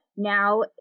Now